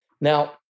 Now